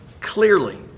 clearly